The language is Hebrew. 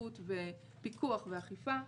שקיפות ופיקוח ואכיפה.